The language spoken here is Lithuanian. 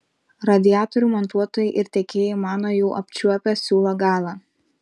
radiatorių montuotojai ir tiekėjai mano jau apčiuopę siūlo galą